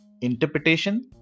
interpretation